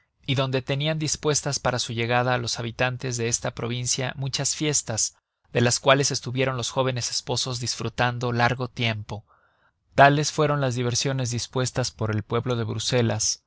y donde tenian dispuestas para su llegada los habitantes de esta provincia muchas fiestas de las cuales estuvieron los jóvenes esposos disfrutando largo tiempo tales fueron las diversiones dispuestas por el pueblo de bruselas